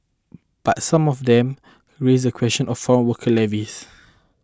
but some of them raise the question of foreign worker levies